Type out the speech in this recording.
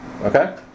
Okay